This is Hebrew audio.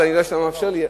אז אינני יודע אם תאפשר לי,